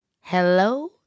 hello